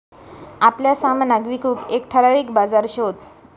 आपल्या सामनाक विकूक एक ठराविक बाजार शोध